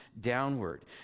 downward